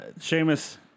Sheamus